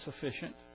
sufficient